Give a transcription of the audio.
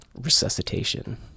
resuscitation